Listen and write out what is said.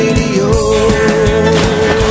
radio